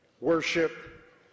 worship